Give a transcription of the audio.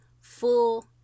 full